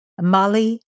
Mali